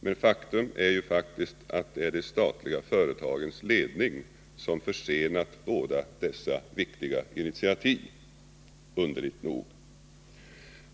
Men faktum är ju att det är de statliga 3 december 1979 företagens ledning som försenat båda dessa viktiga initiativ — underligt nog.